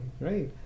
right